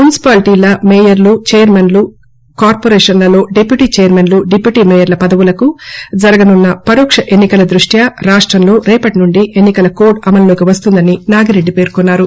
మున్పిపాల్టీల మేయర్లు చెర్మన్ లు కార్పొరేషన్లో డిప్యూటి చెర్మన్ డిప్యూటి మేయర్ల పదవులకు జరగనున్న పరోక్ష ఎన్నికల దృష్ట్యా రేపటి నుండి ఎన్నికల కోడ్ అమల్లోకి వస్తుందని నాగిరెడ్డి పేర్కొన్నారు